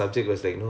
mm